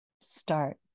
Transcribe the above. start